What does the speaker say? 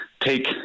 take